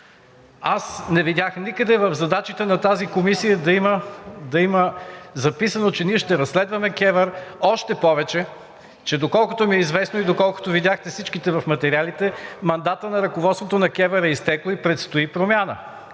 Аз не видях никъде в задачите на тази комисия да има записано, че ние ще разследваме КЕВР. Още повече че, доколкото ми е известно и доколкото видяхте всички в материалите, мандатът на ръководството на КЕВР е изтекъл и предстои промяна,